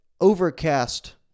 overcast